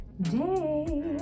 Day